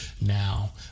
now